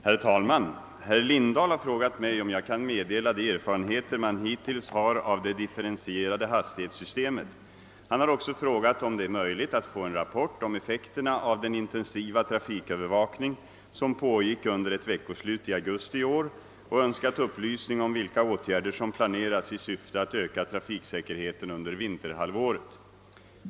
Herr talman! Herr Lindahl har frågat mig, om jag kan meddela de erfarenheter man hittills har av det differentierade hastighetssystemet. Han har också frågat, om det är möjligt att få en rapport om effekterna av den intensiva trafikövervakning som pågick under ett veckoslut i augusti i år, och önskat upplysning om vilka åtgärder som planeras 1 syfte att öka trafiksäkerheten under vinterhalvåret.